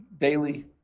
daily